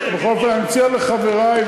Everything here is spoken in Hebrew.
אני מציע לחברי,